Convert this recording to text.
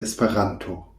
esperanto